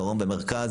דרום ומרכז